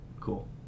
cool